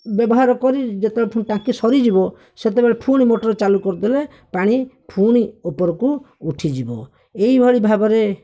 ବ୍ୟବହାର କରି ଯେତେବେଳେ ଟାଙ୍କି ସରିଯିବ ସେତେବେଳେ ପୁଣି ମଟର ଚାଲୁ କରିଦେଲେ ପାଣି ପୁଣି ଉପରକୁ ଉଠିଯିବ ଏହି ଭଳି ଭାବରେ